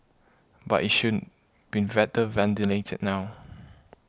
but it shouldn't been better ventilated now